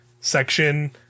section